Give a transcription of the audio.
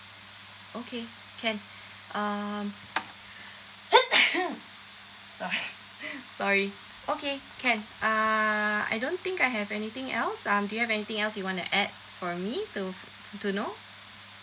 okay can um sorry sorry okay can uh I don't think I have anything else um do you have anything else you want to add for me to to know